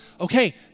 Okay